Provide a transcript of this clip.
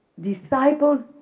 disciples